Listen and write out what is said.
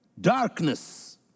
darkness